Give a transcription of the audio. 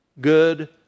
good